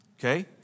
Okay